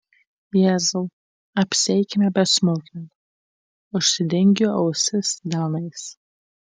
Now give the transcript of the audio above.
jėzau apsieikime be smulkmenų užsidengiu ausis delnais